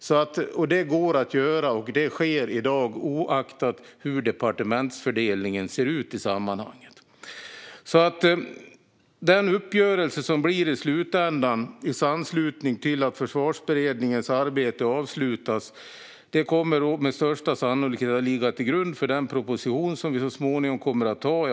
Det går alltså att göra, och det sker i dag - oavsett hur departementsfördelningen ser ut i sammanhanget. Den uppgörelse som görs i slutändan, i anslutning till att Försvarsberedningens arbete avslutas, kommer med största sannolikhet att ligga till grund för den proposition som vi så småningom kommer att ta fram.